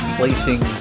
placing